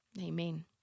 Amen